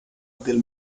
del